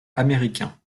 américain